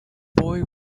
boy